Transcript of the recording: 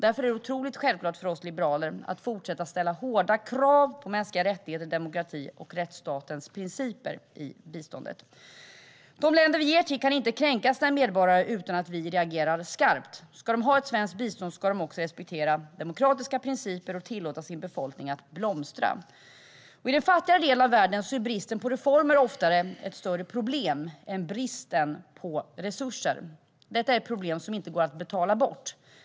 Därför är det otroligt självklart för oss liberaler att fortsätta ställa hårda krav på mänskliga rättigheter, demokrati och rättsstatens principer i biståndet. De länder vi ger till kan inte kränka sina medborgare utan att vi reagerar skarpt. Ska de ha ett svenskt bistånd ska de också respektera demokratiska principer och tillåta sin befolkning att blomstra. I den fattigare delen av världen är bristen på reformer oftare ett större problem än bristen på resurser. Detta är ett problem som inte går att betala bort.